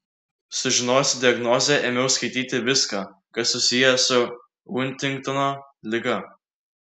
sužinojusi diagnozę ėmiau skaityti viską kas susiję su huntingtono liga